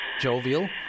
jovial